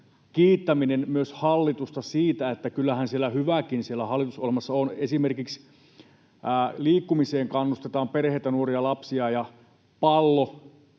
kiittäminen myös hallitusta — että kyllähän siellä hallitusohjelmassa hyvääkin on. Esimerkiksi liikkumiseen kannustetaan perheitä, nuoria ja lapsia, ja pallo